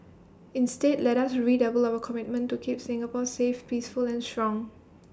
instead let us redouble our commitment to keep Singapore safe peaceful and strong